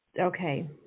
Okay